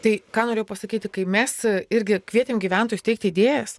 tai ką norėjau pasakyti kai mes irgi kvietėm gyventojus teikti idėjas